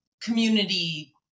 community